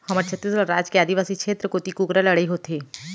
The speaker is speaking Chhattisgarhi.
हमर छत्तीसगढ़ राज के आदिवासी छेत्र कोती कुकरा लड़ई होथे